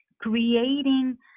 creating